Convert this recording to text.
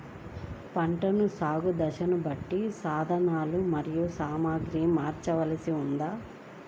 పంటల సాగు దశలను బట్టి సాధనలు మరియు సామాగ్రిని మార్చవలసి ఉంటుందా?